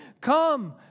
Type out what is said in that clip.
Come